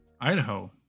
Idaho